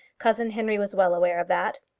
cousin henry was well aware of that.